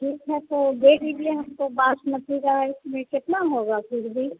ठीक है तो दे दीजिए हमको बासमती राइस में कितना होगा फिर भी